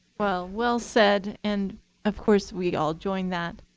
well, well said. and of course we all join that.